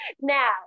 Now